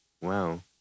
wow